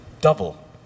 double